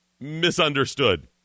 misunderstood